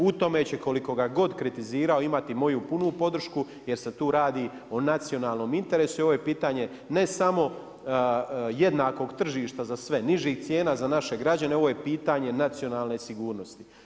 U tome će koliko god ga kritizirao imati moju punu podršku jer se tu radi o nacionalnom interesu i ovo je pitanje ne samo jednakog tržišta za sve, nižih cijena za naše građane, ovo je pitanje nacionalne sigurnosti.